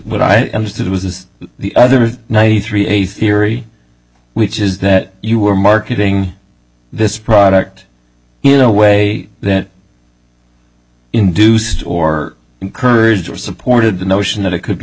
what i understood was the other ninety three a theory which is that you were marketing this product you know way that induced or encourage or supported the notion that it could be